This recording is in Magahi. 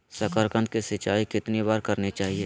साकारकंद की सिंचाई कितनी बार करनी चाहिए?